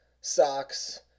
socks